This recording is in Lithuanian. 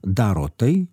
daro tai